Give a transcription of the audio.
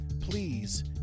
please